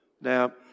Now